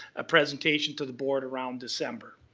a presentation to the board around december.